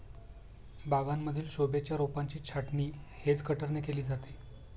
बागांमधील शोभेच्या रोपांची छाटणी हेज कटरने केली जाते